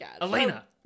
elena